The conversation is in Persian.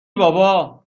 بابا